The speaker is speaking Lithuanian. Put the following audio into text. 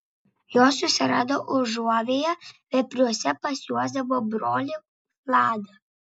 jos susirado užuovėją vepriuose pas juozapo brolį vladą